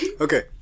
okay